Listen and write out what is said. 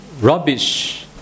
rubbish